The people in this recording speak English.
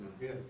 yes